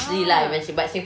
ah